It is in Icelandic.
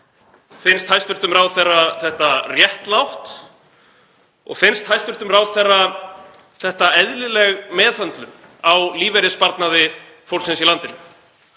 Finnst hæstv. ráðherra þetta réttlátt og finnst hæstv. ráðherra þetta eðlileg meðhöndlun á lífeyrissparnaði fólksins í landinu?